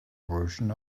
version